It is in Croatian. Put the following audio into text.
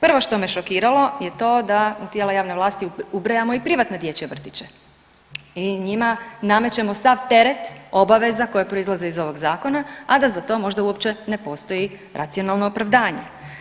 Prvo što me šokiralo je to da u tijela u javne vlasti ubrajamo i privatne dječje vrtiće i njima namećemo sav teret obaveza koje proizlaze iz ovog zakona, a da za to možda uopće ne postoji racionalno opravdanje.